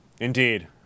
Indeed